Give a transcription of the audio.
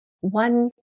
One